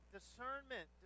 Discernment